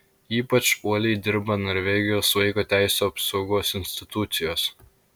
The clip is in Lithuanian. ypač uoliai dirba norvegijos vaiko teisių apsaugos institucijos